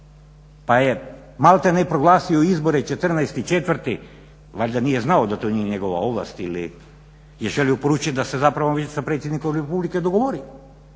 pa je malte ne proglasio izbore 14.4., valjda nije znao da to nije njegova ovlast ili je želio poručit da se zapravo on već s predsjednikom republike dogovorio.